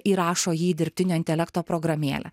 įrašo jį į dirbtinio intelekto programėlę